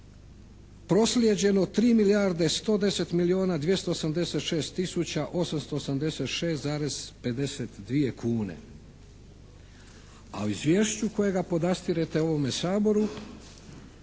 prosljeđeno 3 milijarde 110 milijuna 286 tisuća 886, 52 kune. A u izvješću kojega podastirete ovome Saboru